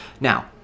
Now